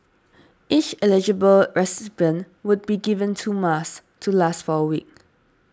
each eligible recipient will be given two masks to last for a week